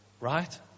Right